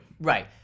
right